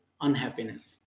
unhappiness